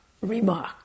remark